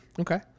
Okay